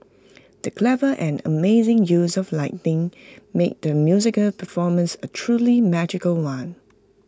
the clever and amazing use of lighting made the musical performance A truly magical one